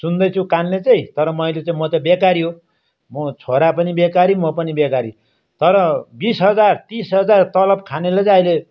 सुन्दैछु कानले चाहिँ तर मैले चाहिँ म चाहिँ बेकारी हो म छोरा पनि बेकारी म पनि बेकारी तर बिस हजार तिस हजार तलब खानेले चाहिँ अहिले